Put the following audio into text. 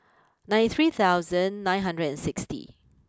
ninety three thousand nine hundred and sixty